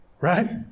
Right